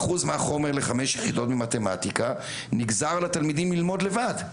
לחמש יחידות במתמטיקה נגזר על התלמידים ללמוד לבד,